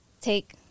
take